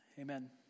Amen